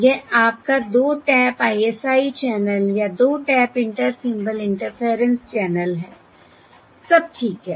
यह आपका 2 tap ISI channel या 2 tap inter symbol interference channel है सब ठीक है